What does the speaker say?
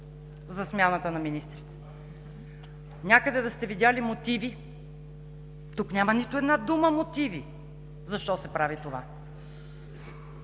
за смяната на министри? Някъде да сте видели мотиви? Тук няма нито една дума „мотиви“ защо се прави това.